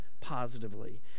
Positively